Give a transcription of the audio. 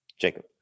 Jacob